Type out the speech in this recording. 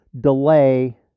delay